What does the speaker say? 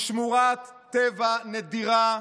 הוא שמורת טבע נדירה,